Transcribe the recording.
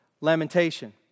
lamentation